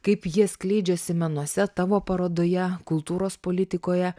kaip jie skleidžiasi menuose tavo parodoje kultūros politikoje